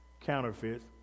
counterfeits